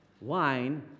wine